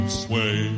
sway